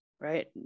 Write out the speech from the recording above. right